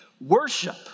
worship